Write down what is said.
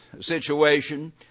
situation